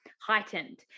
heightened